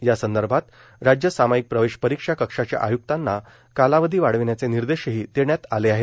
यासंदर्भात राज्य सामाईक प्रवेश परीक्षा कक्षाच्या आय्क्तांना कालावधी वाढविण्याचे निर्देशही देण्यात आले आहे